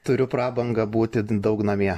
turi prabangą būti daug namie